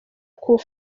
coup